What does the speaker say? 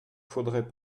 faudrait